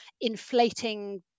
inflating